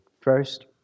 First